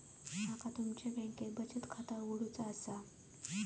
माका तुमच्या बँकेत बचत खाता उघडूचा असा?